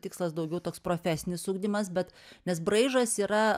tikslas daugiau toks profesinis ugdymas bet nes braižas yra